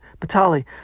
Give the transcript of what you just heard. Batali